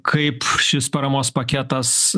kaip šis paramos paketas